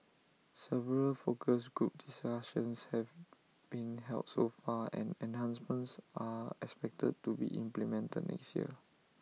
several focus group discussions have been held so far and enhancements are expected to be implemented next year